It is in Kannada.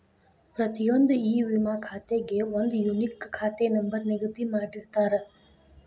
ಪ್ರತಿಯೊಂದ್ ಇ ವಿಮಾ ಖಾತೆಗೆ ಒಂದ್ ಯೂನಿಕ್ ಖಾತೆ ನಂಬರ್ ನಿಗದಿ ಮಾಡಿರ್ತಾರ